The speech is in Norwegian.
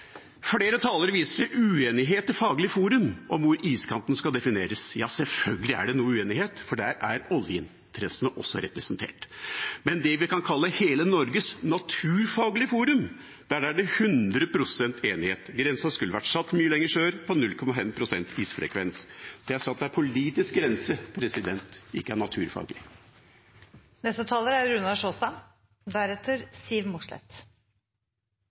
Flere talere viser til uenighet i Faglig forum om hvor iskanten skal defineres. Ja, sjølsagt er det noe uenighet, for der er oljeinteressene også representert. Men i det vi kan kalle hele Norges naturfaglige forum, er det hundre prosent enighet: Grensen skulle vært satt mye lenger sør, på 0,5 pst. isfrekvens. Det er satt en politisk grense, ikke en naturfaglig grense. Nåværende og framtidig verdiskaping er